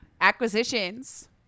acquisitions